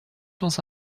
dans